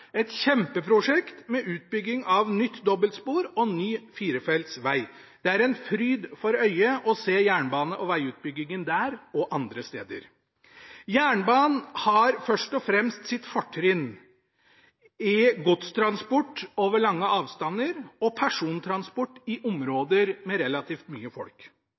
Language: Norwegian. et kjempeprosjekt med utbygging av nytt dobbeltspor og ny firefelts vei. Det er en fryd for øyet å se jernbane- og veiutbyggingen der og andre steder. Jernbanen har først og fremst sitt fortrinn i godstransport over lange avstander og persontransport i områder med relativt mye folk.